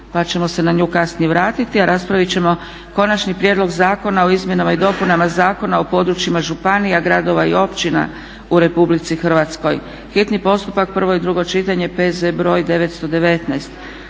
ćemo se kasnije na nju vratiti, a raspravit ćemo: - Konačni prijedlog Zakona o izmjenama i dopunama Zakona o područjima županija, gradova i općina u RH, hitni postupak, prvo i drugo čitanje, P.Z. br. 919.